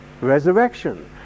Resurrection